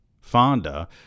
Fonda